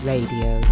Radio